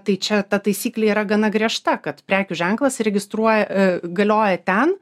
tai čia ta taisyklė yra gana griežta kad prekių ženklas registruoja e galioja ten